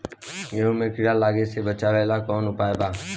गेहूँ मे कीड़ा लागे से बचावेला कौन उपाय बा?